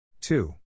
two